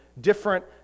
different